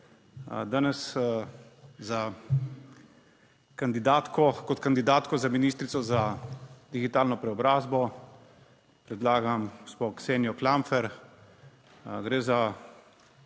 kot kandidatko za ministrico za digitalno preobrazbo predlagam gospo Ksenijo Klampfer. Gre za